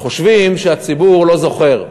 חושבים שהציבור לא זוכר.